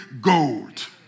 gold